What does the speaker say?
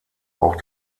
auch